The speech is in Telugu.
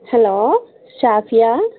హలో షాఫియా